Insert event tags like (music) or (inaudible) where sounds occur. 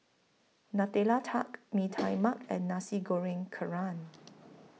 Nutella Tart Mee (noise) Tai Mak and Nasi Goreng Kerang (noise)